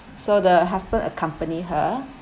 so the husband accompany her